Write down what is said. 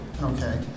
Okay